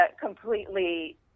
completely